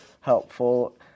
helpful